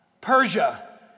Persia